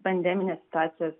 pandeminės situacijos